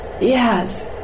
Yes